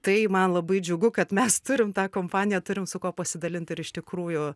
tai man labai džiugu kad mes turim tą kompaniją turim su kuo pasidalint ir iš tikrųjų